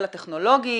ואוקסיקונטין?